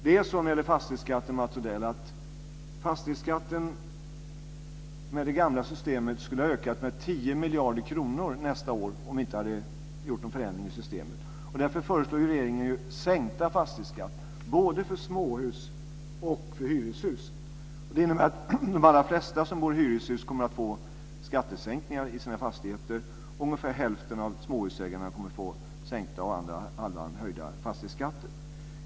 Med det gamla systemet skulle fastighetsskatten ha ökat med 10 miljarder kronor nästa år om vi inte hade gjort någon förändring i systemet, Mats Odell. Därför föreslår regeringen sänkta fastighetsskatter både för småhus och för hyreshus. Det innebär att de allra flesta som bor i hyreshus kommer att få skattesänkningar på sina fastigheter och ungefär hälften av småhusägarna kommer att få sänkta och den andra halvan kommer att få höjda fastighetsskatter.